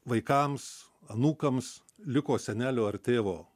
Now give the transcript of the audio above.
vaikams anūkams liko senelių ar tėvo